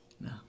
no